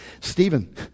Stephen